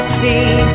see